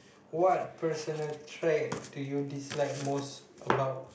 what personal traits do you dislike most about